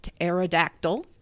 Aerodactyl